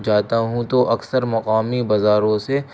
جاتا ہوں تو اکثر مقامی بازاروں سے